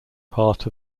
part